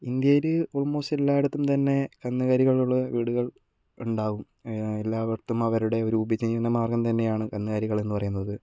ഇന്ത്യയിൽ ആൾമോസ്റ്റ് എല്ലായിടത്തും തന്നെ കന്നുകാലികൾ ഉള്ള വീടുകൾ ഉണ്ടാകും എല്ലാവർക്കും അവരുടെ ഒരു ഉപജീവന മാർഗ്ഗം തന്നെയാണ് കന്നുകാലികൾ എന്നുപറയുന്നത്